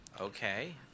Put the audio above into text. Okay